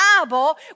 Bible